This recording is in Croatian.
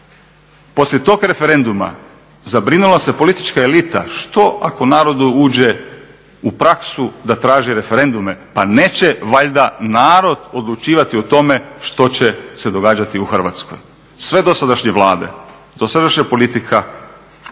poslije tog referenduma zabrinula se politička elita što ako narodu uđe u praksu da traže referendume, pa neće valjda narod odlučivati o tome što će se događati u Hrvatskoj. Sve dosadašnje Vlade, dosadašnja politika